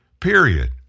Period